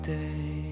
day